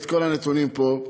את כל הנתונים פה.